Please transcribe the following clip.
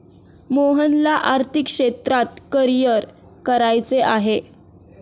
मोहनला आर्थिक क्षेत्रात करिअर करायचे आहे